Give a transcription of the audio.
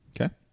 Okay